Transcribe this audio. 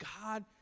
God